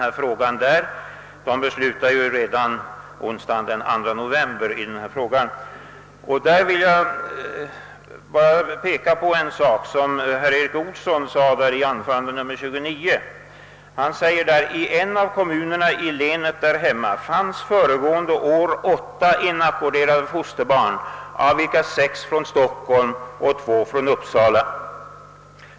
Första kammaren fattade ju beslut redan onsdagen den 2 november. Jag citerar vad Erik Olsson sade i anförande nr 29: »I en av kommunerna i länet där hemma fanns föregående år åtta inackorderade fosterbarn, av vilka sex från Stockholm och två från Uppsala.